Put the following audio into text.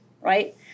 right